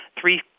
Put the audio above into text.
three